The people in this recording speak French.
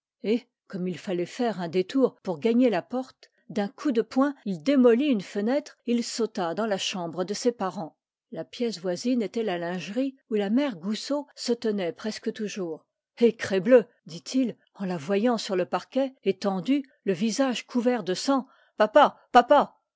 comme il fallait faire un détour pour gagner la porte d'un coup de poing il démolit une fenêtre et il sauta dans la chambre de ses parents la pièce voisine était la lingerie où la mère goussot se tenait presque toujours ah crebleu dit-il en la voyant sur le parquet étendue le visage couvert de sang papa papa